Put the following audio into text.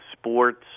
sports